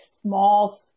small